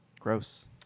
gross